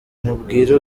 mubwire